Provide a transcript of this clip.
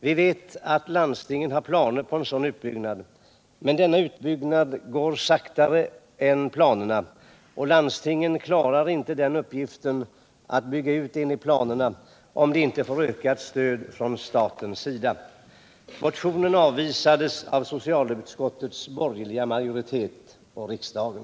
Vi vet att landstingen har planer på en sådan utbyggnad. Men denna utbyggnad går saktare än vad som planerats, och landstingen klarar inte uppgiften om de inte får ökat stöd från statens sida. Motionen avvisades av socialutskottets borgerliga majoritet och riksdagen.